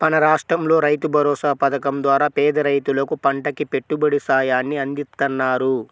మన రాష్టంలో రైతుభరోసా పథకం ద్వారా పేద రైతులకు పంటకి పెట్టుబడి సాయాన్ని అందిత్తన్నారు